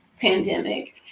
pandemic